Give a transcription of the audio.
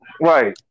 Right